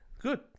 Good